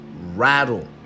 rattle